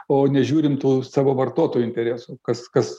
o nežiūrint tų savo vartotojų interesų kas kas